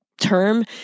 term